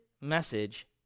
message